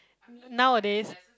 nowadays